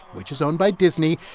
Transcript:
which is owned by disney,